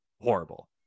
horrible